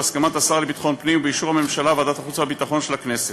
בהסכמת השר לביטחון הפנים ובאישור הממשלה וועדת החוץ והביטחון של הכנסת.